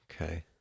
Okay